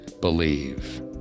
Believe